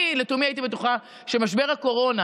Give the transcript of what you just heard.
אני לתומי הייתי בטוחה שמשבר הקורונה,